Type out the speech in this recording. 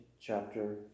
chapter